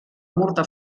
murta